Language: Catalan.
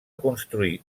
construir